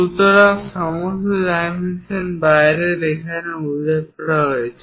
সুতরাং সমস্ত ডাইমেনশন বাইরের এখানে উল্লেখ করা হয়েছে